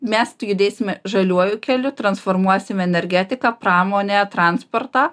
mes judėsime žaliuoju keliu transformuosim energetiką pramonę transportą